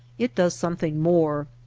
it does something more.